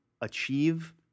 achieve